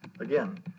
Again